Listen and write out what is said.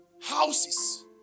houses